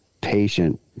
patient